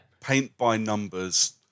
paint-by-numbers